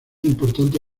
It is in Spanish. importante